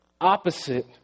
opposite